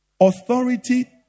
authority